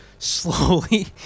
slowly